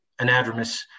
anadromous